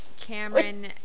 Cameron